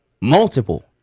multiple